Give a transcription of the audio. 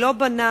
מי לא בנה?